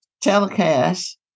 Telecast